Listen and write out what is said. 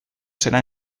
serán